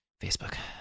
Facebook